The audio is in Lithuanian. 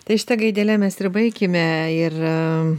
tai šita gaidelėmis ir baikime ir